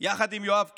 יחד עם יואב קיש,